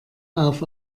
auf